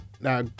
now